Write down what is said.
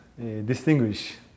distinguish